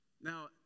Now